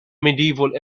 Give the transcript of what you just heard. medieval